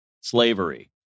slavery